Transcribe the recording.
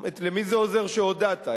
למי זה עוזר שהודעת?